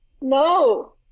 no